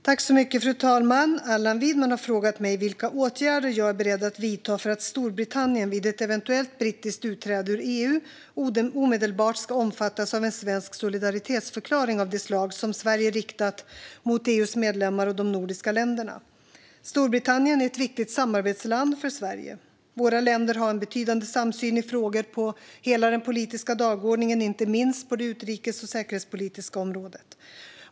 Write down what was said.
Fru talman! Allan Widman har frågat mig vilka åtgärder jag är beredd att vidta för att Storbritannien, vid ett eventuellt brittiskt utträde ur EU, omedelbart ska omfattas av en svensk solidaritetsförklaring av det slag som Sverige riktat mot EU:s medlemmar och de nordiska länderna. Storbritannien är ett viktigt samarbetsland för Sverige. Våra länder har en betydande samsyn i frågor på hela den politiska dagordningen, inte minst på det utrikes och säkerhetspolitiska området.